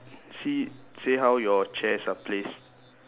see say how your chairs are placed